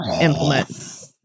implement